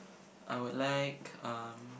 I would like um